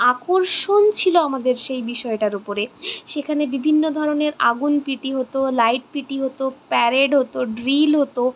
আকর্ষণ ছিল আমাদের সেই বিষয়টার উপরে সেখানে বিভিন্ন ধরনের আগুন পিটি হতো লাইট পিটি হতো প্যারেড হতো ড্রিল হতো